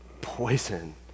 poison